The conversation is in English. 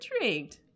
intrigued